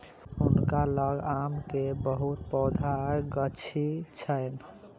हुनका लग आम के बहुत पैघ गाछी छैन